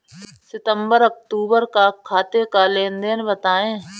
सितंबर अक्तूबर का खाते का लेनदेन बताएं